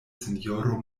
sinjoro